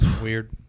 weird